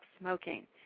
smoking